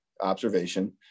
observation